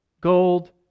gold